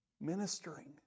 ministering